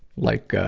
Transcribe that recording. like, ah,